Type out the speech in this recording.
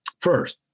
first